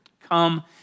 Come